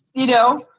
you know,